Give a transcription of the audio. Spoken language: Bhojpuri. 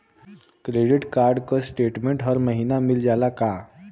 क्रेडिट कार्ड क स्टेटमेन्ट हर महिना मिल जाला का?